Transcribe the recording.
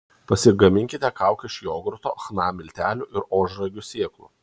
pasigaminkite kaukę iš jogurto chna miltelių ir ožragių sėklų